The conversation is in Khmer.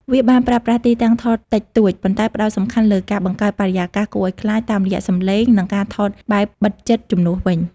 វាបានប្រើប្រាស់ទីតាំងថតតិចតួច ប៉ុន្តែផ្តោតសំខាន់លើការបង្កើតបរិយាកាសគួរឲ្យខ្លាចតាមរយៈសំឡេង និងការថតបែបបិទជិតជំនួសវិញ។